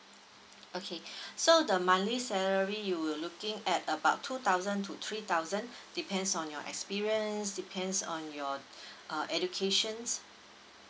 okay so the monthly salary you will looking at about two thousand to three thousand depends on your experience depends on your uh educations